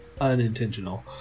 unintentional